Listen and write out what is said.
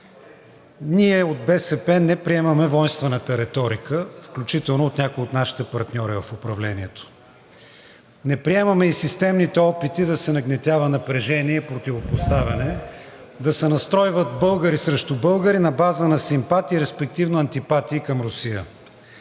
Ние от БСП не приемаме войнствената риторика, включително на някои от нашите партньори в управлението, не приемаме и системните опити да се нагнетява напрежение и противопоставяне, да се настройват българи срещу българи на база на симпатия и респективно, антипатия към Русия.